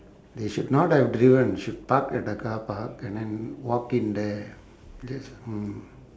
they should not have driven should park at the car park and then walk in there yes mm